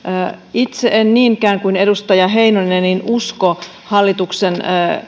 itse en niinkään kuin edustaja heinonen usko hallituksen